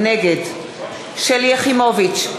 נגד שלי יחימוביץ,